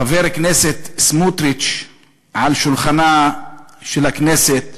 חבר הכנסת סמוטריץ על שולחנה של הכנסת,